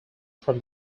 from